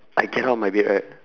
I get out of my bed right